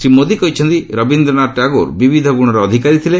ଶ୍ରୀ ମୋଦି କହିଛନ୍ତି ରବୀନ୍ଦ୍ର ଟାଗୋର ବିବିଧ ଗୁଣର ଅଧିକାରେୀ ଥିଲେ